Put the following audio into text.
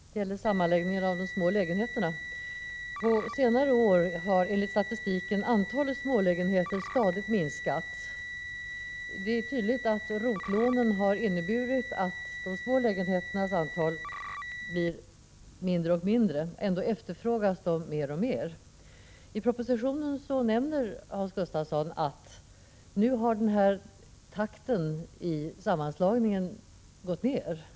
Herr talman! När det gäller sammanläggningen av de små lägenheterna vill jag säga att på senare år har enligt statistiken antalet smålägenheter stadigt minskat. Det är tydligt att ROT-lånen har inneburit att de små lägenheternas antal blir mindre och mindre. Ändå efterfrågas de mer och mer. I propositionen nämner Hans Gustafsson att takten i sammanslagningen nu har gått ner.